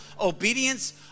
Obedience